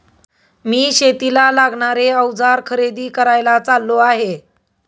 मी शेतीला लागणारे अवजार खरेदी करायला चाललो आहे